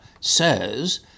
says